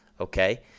Okay